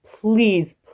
please